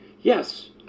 Yes